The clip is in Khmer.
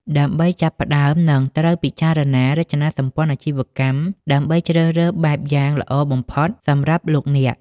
ដើម្បីចាប់ផ្តើម យើងត្រូវពិចារណារចនាសម្ព័ន្ធអាជីវកម្ម ដើម្បីជ្រើសរើសបែបយ៉ាងល្អបំផុតសម្រាប់លោកអ្នក។